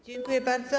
Dziękuję bardzo.